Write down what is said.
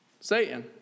Satan